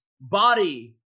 body